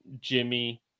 Jimmy